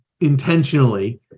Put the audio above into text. intentionally